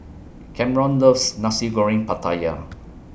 Camron loves Nasi Goreng Pattaya